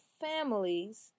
families